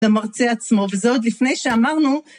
למרצה עצמו, וזה עוד לפני שאמרנו.